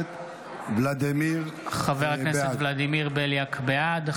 הכנסת ולדימיר בליאק, בעד.